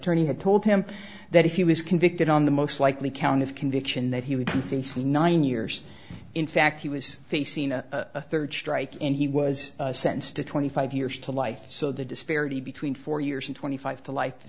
attorney had told him that if he was convicted on the most likely count of conviction that he would be facing nine years in fact he was facing a third strike and he was sentenced to twenty five years to life so the disparity between four years and twenty five to li